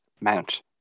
Mount